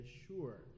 sure